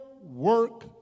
work